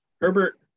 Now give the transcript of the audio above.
Herbert